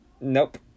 Nope